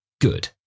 Good